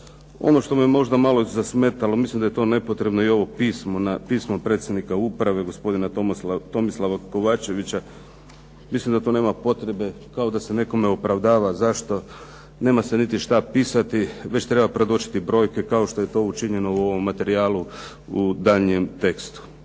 Ono što me možda malo zasmetalo mislim da je to nepotrebno i ovo pismo predsjednika uprave gospodina Tomislava Kovačevića. Mislim da to nema potrebe kao da se nekome opravdava zašto. Nema se niti šta pisati već treba predočiti brojke kao što je to učinjeno u ovom materijalu u daljnjem tekstu.